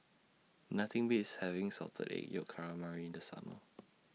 Nothing Beats having Salted Egg Yolk Calamari in The Summer